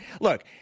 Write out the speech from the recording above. Look